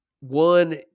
one